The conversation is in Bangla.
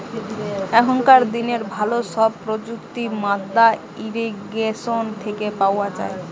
এখনকার দিনের ভালো সব প্রযুক্তি মাদ্দা ইরিগেশন থেকে পাওয়া যায়